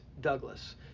Douglas